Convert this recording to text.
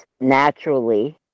naturally